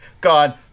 gone